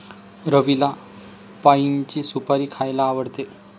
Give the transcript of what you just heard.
रवीला पाइनची सुपारी खायला आवडते